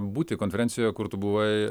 būti konferencijoje kur tu buvai